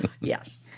Yes